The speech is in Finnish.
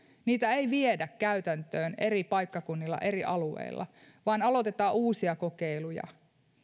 niitä ei viedä käytäntöön eri paikkakunnilla eri alueilla vaan aloitetaan uusia kokeiluja